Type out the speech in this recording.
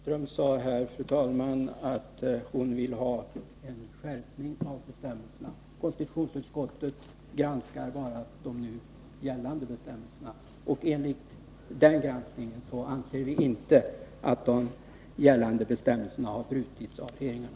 Fru talman! Eva Hjelmström sade här att hon vill ha en skärpning av bestämmelserna. Konstitutionsutskottet granskar bara de nu gällande bestämmelserna, och med anledning av den granskningen anser vi inte att de gällande bestämmelserna har åsidosatts av regeringarna.